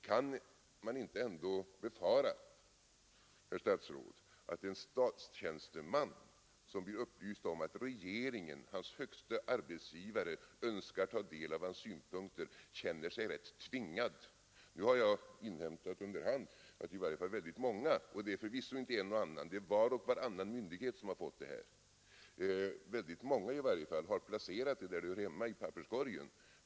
Kan man inte befara, herr statsråd, att en statstjänsteman som blir upplyst om att regeringen, hans högste arbetsgivare, önskar ta del av hans synpunkter känner sig rätt tvingad? Jag har under hand inhämtat att i varje fall väldigt många — det är förvisso inte en och annan som har fått detta material utan det har gått ut till var och varannan myndighet — har placerat det där det hör hemma, i papperskorgen.